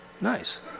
Nice